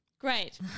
great